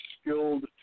skilled